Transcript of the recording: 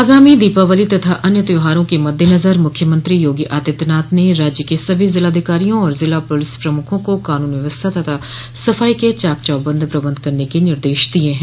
आगामी दीपावली तथा अन्य त्यौहारों के मद्देनजर मूख्यमंत्री योगी आदित्यनाथ ने राज्य के सभी जिलाधिकारियों और जिला पुलिस प्रमुखों को कानून व्यवस्था तथा सफाई के चाक चौबंद प्रबंध करने के निर्देश दिये हैं